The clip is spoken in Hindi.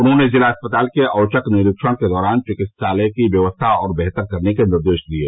उन्होंने जिला अस्पताल के औचक निरीक्षण के दौरान चिकित्सालय की व्यवस्था और बेहतर करने के निर्देश दिये